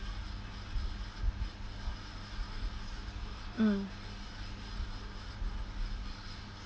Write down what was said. mm